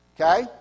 Okay